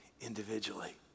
individually